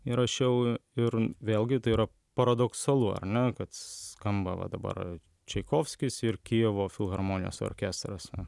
įrašiau ir vėlgi tai yra paradoksalu ar ne kad skamba va dabar čaikovskis ir kijevo filharmonijos orkestras